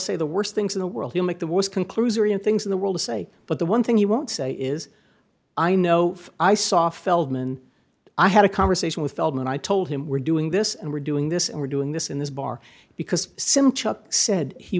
say the worst things in the world you make the was conclusory and things in the world say but the one thing he won't say is i know i saw feldman i had a conversation with feldman i told him we're doing this and we're doing this and we're doing this in this bar because simply said he